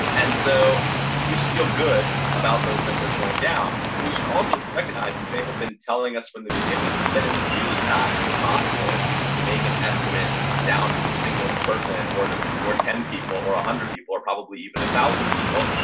and so we should feel good about those numbers going down. we should also recognize that they have been telling us from the beginning that it's really not possible to make an estimate down to the single person or this or ten people or one ah hundred people or probably even a thousand people.